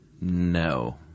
No